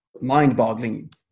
mind-boggling